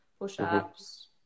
push-ups